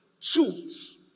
tools